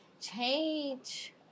change